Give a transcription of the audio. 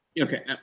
Okay